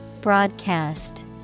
Broadcast